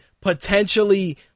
potentially